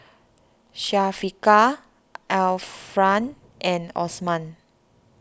Syafiqah Alfian and Osman